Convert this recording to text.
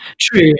True